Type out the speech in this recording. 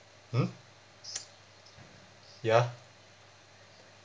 mm ya